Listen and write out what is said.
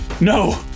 no